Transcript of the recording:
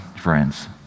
friends